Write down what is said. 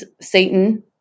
Satan